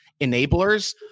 enablers